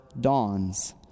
dawns